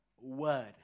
word